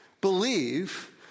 believe